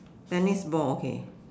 tennis ball okay